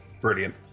Brilliant